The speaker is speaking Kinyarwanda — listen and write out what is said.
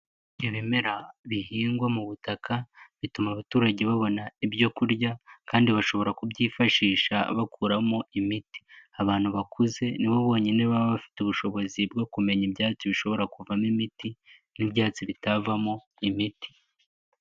Ibimera bihingwa mu butaka, bituma abaturage babona ibyo kurya, kandi bashobora kubyifashisha bakuramo imiti, abantu bakuze nibo bonyine baba bafite ubushobozi bwo kumenya ibyatsi bishobora kuvamo imiti n'ibyatsi bitavamo imiti.